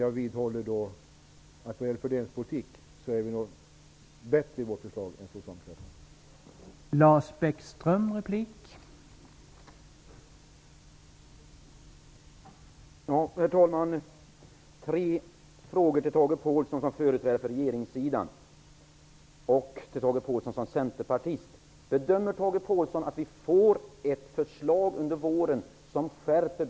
Jag vidhåller att regeringens förslag vad gäller fördelningspolitik är bättre än